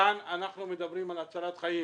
כאן אנחנו מדברים על הצלת חיים